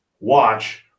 watch